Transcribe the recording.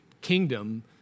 kingdom